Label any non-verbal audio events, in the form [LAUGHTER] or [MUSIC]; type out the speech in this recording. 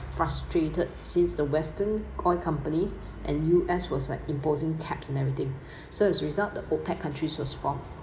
frustrated since the western oil companies and U_S was like imposing caps and everything [BREATH] so as result the OPEC countries was formed